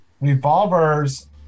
revolvers